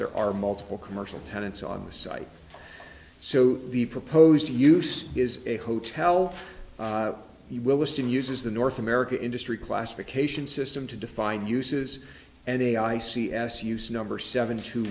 there are multiple commercial tenants on the site so the proposed to use is a hotel he will list and uses the north america industry classification system to define uses and a i c s use number seven to